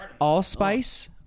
allspice